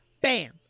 Bam